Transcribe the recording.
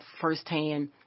firsthand